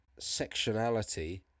sectionality